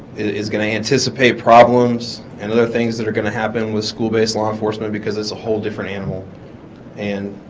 is gonna anticipate problems and other things that are gonna happen with school based law enforcement because it's a whole different animal and